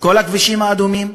כל הכבישים האדומים,